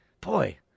boy